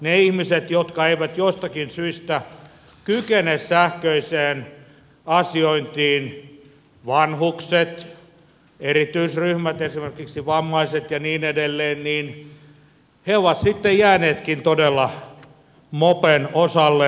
ne ihmiset jotka eivät jostakin syystä kykene sähköiseen asiointiin vanhukset erityisryhmät esimerkiksi vammaiset ja niin edelleen ovat sitten jääneetkin todella mopen osalle